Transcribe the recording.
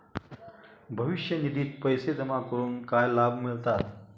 भविष्य निधित पैसे जमा करून काय लाभ मिळतात?